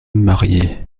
marié